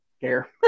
care